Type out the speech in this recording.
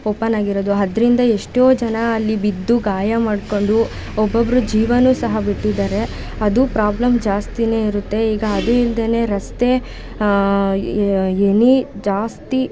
ಓಪನ್ನಾಗಿರೋದು ಅದರಿಂದ ಎಷ್ಟೋ ಜನ ಅಲ್ಲಿ ಬಿದ್ದು ಗಾಯ ಮಾಡಿಕೊಂಡು ಒಬ್ಬೊಬ್ಬರು ಜೀವವೂ ಸಹ ಬಿಟ್ಟಿದ್ದಾರೆ ಅದು ಪ್ರಾಬ್ಲಮ್ ಜಾಸ್ತಿಯೇ ಇರುತ್ತೆ ಈಗ ಅದು ಇಲ್ಲದೇನೆ ರಸ್ತೆ ಇ ಎನಿ ಜಾಸ್ತಿ